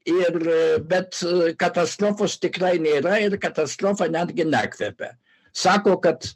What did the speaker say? ir bet katastrofos tikrai nėra ir katastrofa netgi nekvepia sako kad